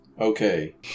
Okay